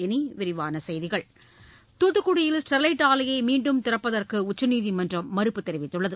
இனி விரிவான செய்திகள் தூத்துக்குடியில் ஸ்டெர்லைட் ஆலையை மீண்டும் திறப்பதற்கு உச்சநீதிமன்றம் மறப்பு தெரிவித்துள்ளது